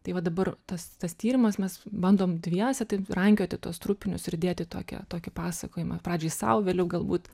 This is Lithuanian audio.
tai va dabar tas tas tyrimas mes bandom dviese rankioti tuos trupinius ir dėt į tokią tokį pasakojimą pradžiai sau vėliau galbūt